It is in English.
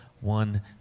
one